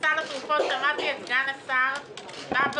שמעתי את סגן השר אומר: